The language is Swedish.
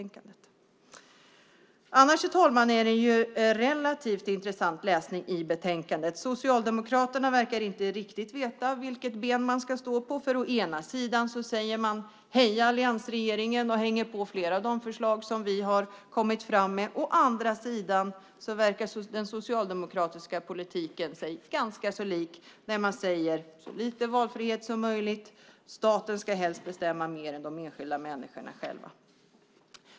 Det är relativt intressant läsning i betänkandet. Socialdemokraterna verkar inte veta riktigt vilket ben man ska stå på. Å ena sidan säger man: Heja alliansregeringen. Man hänger på flera av de förslag som vi har kommit med. Å andra sidan är den socialdemokratiska politiken sig ganska lik när man säger: Så lite valfrihet som möjligt. Staten ska helst bestämma mer än de enskilda människorna.